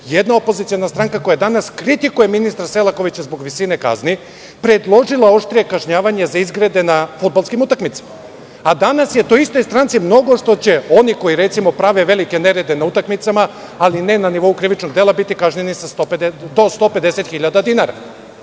jedna opoziciona stranka koja danas kritikuje ministra Selakovića zbog visine kazni predložila oštrije kažnjavanje za izgrede na fudbalskim utakmicama, a danas je toj istoj stranci mnogo što će oni koji, recimo, prave velike nerede na utakmicama, ali ne na nivou krivičnog dela, biti kažnjeni sa do 150.000 dinara.